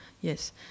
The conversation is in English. Yes